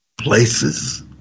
places